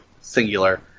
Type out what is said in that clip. singular